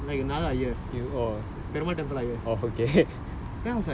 then I was thinking why the higher lah not this higher like another higher